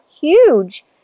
huge